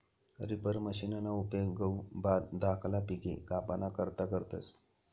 reaper मशिनना उपेग गहू, भात धाकला पिके कापाना करता करतस